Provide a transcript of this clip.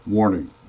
Warning